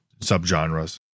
subgenres